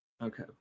Okay